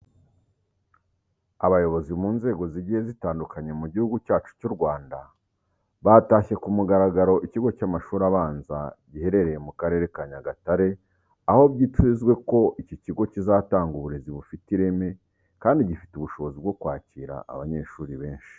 Abayobozi mu nzego zigiye zitandukanye mu gihugu cyacu cy'u Rwanda batashye ku mugaragaro ikigo cy'amashuri abanza giherereye mu Karere ka Nyagatare, aho byitezwe ko iki kigo kizatanga uburezi bufite ireme kandi gifite ubushobozi bwo kwakira abanyeshuri benshi.